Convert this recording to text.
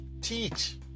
teach